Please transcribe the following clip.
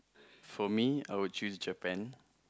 for me I will choose Japan